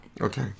Okay